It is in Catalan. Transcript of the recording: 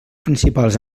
principals